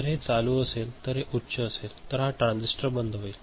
जर हे चालू असेल तर हे उच्च असेल तर हा ट्रांजिस्टर बंद होईल